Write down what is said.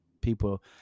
people